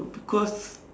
no because